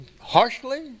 harshly